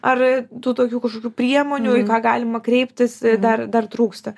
ar tų tokių kažkokių priemonių į ką galima kreiptis dar dar trūksta